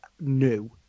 new